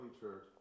church